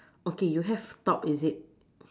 okay you have top is it